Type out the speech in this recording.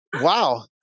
Wow